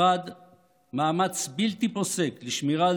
מחד גיסא מאמץ בלתי פוסק לשמירה על